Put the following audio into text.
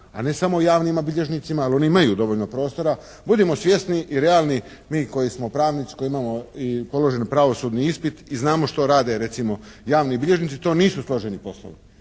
a ne samo o javnima bilježnicima jer oni imaju dovoljno prostora. Budimo svjesni i realni mi koji smo pravnici, koji imamo i položen pravosudni ispit i znamo što rade recimo javni bilježnici, to nisu složeni poslovi,